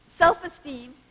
self-esteem